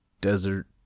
Desert